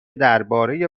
درباره